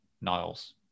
Niles